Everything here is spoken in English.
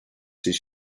his